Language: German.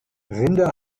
rinder